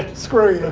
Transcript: screw you.